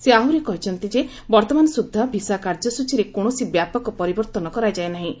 ସେ ଆହୁରି କହିଛନ୍ତି ଯେ ବର୍ତ୍ତମାନ ସୁଦ୍ଧା ଭିସା କାର୍ଯ୍ୟସ୍ତଚୀରେ କୌଣସି ବ୍ୟାପକ ପରିବର୍ତ୍ତନ କରାଯାଇ ନାହିଁ